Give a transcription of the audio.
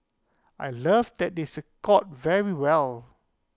I love that they scored very well